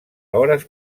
hores